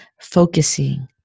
focusing